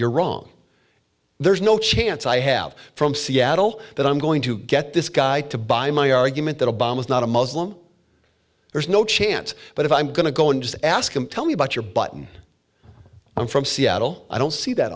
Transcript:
you're wrong there's no chance i have from seattle that i'm going to get this guy to buy my argument that obama is not a muslim there's no chance but if i'm going to go and ask him tell me about your button i'm from seattle i don't see that